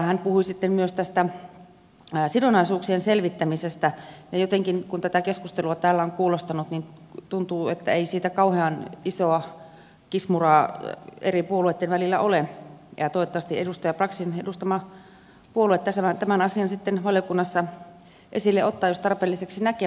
hän puhui sitten myös tästä sidonnaisuuksien selvittämisestä ja jotenkin kun tätä keskustelua täällä on kuulostanut niin tuntuu että ei siitä kauhean isoa kismuraa eri puolueitten välillä ole ja toivottavasti edustaja braxin edustama puolue tämän asian sitten valiokunnassa esille ottaa jos tarpeelliseksi näkee